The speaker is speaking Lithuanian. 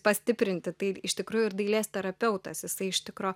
pastiprinti tai iš tikrųjų ir dailės terapeutas jisai iš tikro